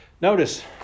Notice